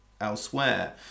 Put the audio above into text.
elsewhere